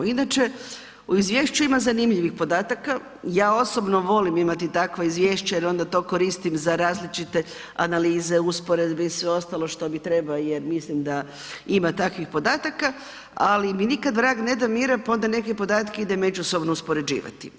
Inače u izvješću ima zanimljivih podataka, ja osobno volim imati takva izvješća jer onda to koristim za različite analize, usporedbe i sve ostalo što mi treba jer mislim da ima takvih podataka, ali mi nikada vrag ne da mira pa onda idem neke podatke međusobno uspoređivati.